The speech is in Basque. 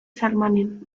salmanen